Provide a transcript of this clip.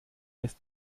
ist